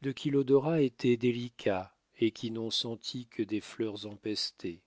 de qui l'odorat était délicat et qui n'ont senti que des fleurs empestées